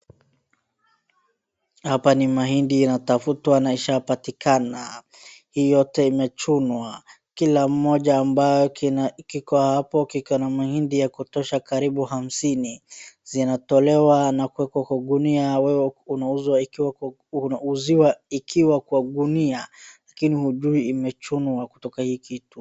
Hapa ni mahindi inatafutwa na ishapatikana. hii yote imechunwa. Kila moja ambayo kiko hapo kiko na na mahindi ya kutosha karibu hamsini. inatolewa na kuwekwa kwa gunia wewe unauziwa ikiwa kwa gunia lakini hujui imechunwa kutoka hii kitu.